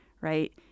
right